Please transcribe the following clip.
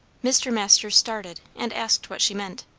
mr. masters started, and asked what she meant.